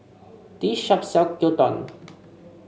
this shop sells Gyudon